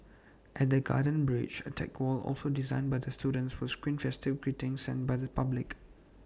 at the garden bridge A tech wall also designed by the students will screen festive greetings sent by the public